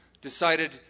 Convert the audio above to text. decided